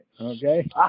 okay